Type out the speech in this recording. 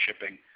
shipping